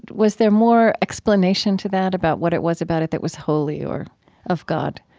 was there more explanation to that, about what it was about it that was holy or of god?